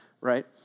right